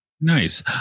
Nice